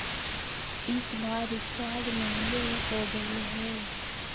इस बार रिचार्ज महंगे हो गेलई हे